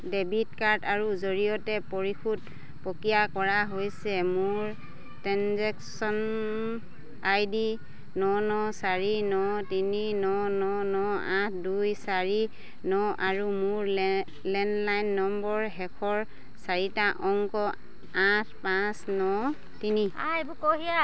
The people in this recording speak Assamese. ডেবিট কাৰ্ড আৰু জৰিয়তে পৰিশোধ প্ৰক্ৰিয়া কৰা হৈছে মোৰ ট্ৰেনজেকশ্যন আই ডি ন ন চাৰি ন তিনি ন ন ন আঠ দুই চাৰি ন আৰু মোৰ লেণ্ডলাইন নম্বৰ শেষৰ চাৰিটা অংক আঠ পাঁচ ন তিনি